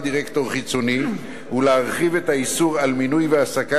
דירקטור חיצוני ולהרחיב את האיסור על מינוי והעסקה